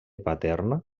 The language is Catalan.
paterna